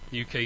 UK